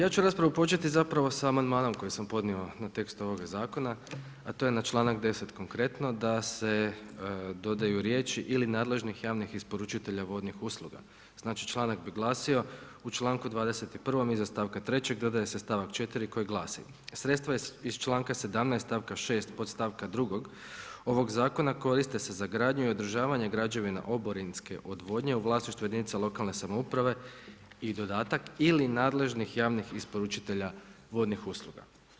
Ja ću raspravu početi zapravo sa amandmanom koji sam podnio na tekst ovog zakona, a to je na članak 10. konkretno da se dodaju riječi ili nadležnih javnih isporučitelja vodnih usluga, znači članak bi glasio „U članku 21. iza stavka 3. dodaje se stavak 4. koji glasi: Sredstva iz članka 17. stavka 6. podstavka 2. ovog Zakona koriste se za gradnju i održavanje građevina oborinske odvodnje u vlasništvu jedinica lokalne samouprave“ i dodatak ili nadležnih javnih isporučitelja vodnih usluga.